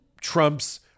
Trump's